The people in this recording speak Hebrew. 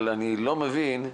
אבל אני לא מבין,